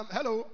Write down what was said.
Hello